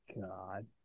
God